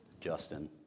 Justin